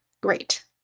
great